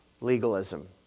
Legalism